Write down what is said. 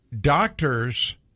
doctors